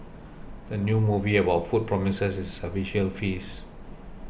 the new movie about food promises a visual feast